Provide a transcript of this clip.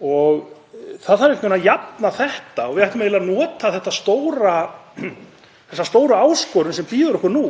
Það þarf einhvern veginn að jafna þetta og við ættum eiginlega að nota þessa stóru áskorun sem bíður okkar nú